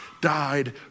died